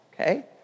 okay